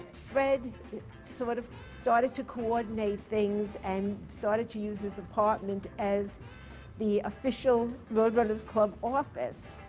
fred sort of started to coordinate things and started to use his apartment as the official road runners club office.